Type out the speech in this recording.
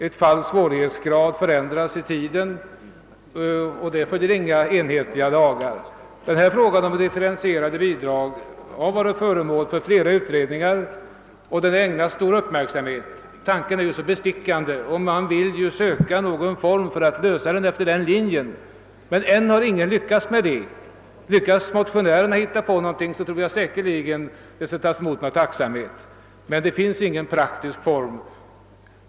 Svårighetsgraden hos ett fall kan förändras i tiden; utvecklingen därvidlag följer inga enhetliga lagar. Frågan om differentierade arvoden har varit föremål för flera olika utredningar och har ägnats stor uppmärksamhet. Tanken är som sagt bestickande, och man vill gärna söka någon form för att lösa problemet efter den linjen, men ännu har ingen lyckats med detta. Lyckas motionärerna hitta på någon lösning, tror jag säkert att det kommer att tas emot med tacksamhet. Hittills finns det dock ingen praktisk form för en sådan lösning.